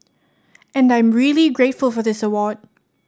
and I'm really very grateful for this award